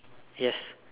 yes